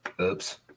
Oops